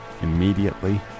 immediately